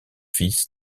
fils